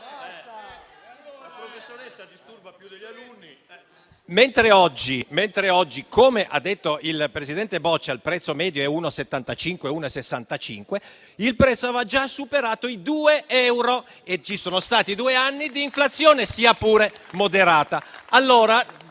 Mentre oggi, come ha detto il presidente Boccia, il prezzo medio è 1,75, 1,65, il prezzo aveva già superato i 2 euro e ci sono stati due anni di inflazione, sia pure moderata.